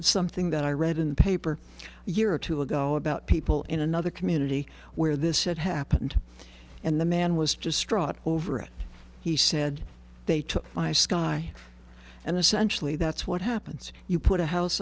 of something that i read in the paper a year or two ago about people in another community where this had happened and the man was distraught over it he said they took my sky and essentially that's what happens you put a house